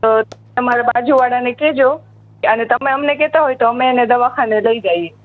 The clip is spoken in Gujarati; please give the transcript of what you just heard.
તો તમારા બાજુવાળાને કહેજો કે આને તમે અમને કહેતા હોય તો અમે એને દવાખાને લઈ જઈએ